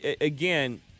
Again